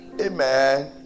amen